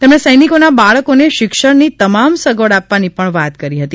તેમણે સૈનિકો ના બાળકો ને શિક્ષણ ની તમામ સગવડ આપવાની પણ વાત કરી હતી